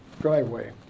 driveway